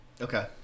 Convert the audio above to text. Okay